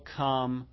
come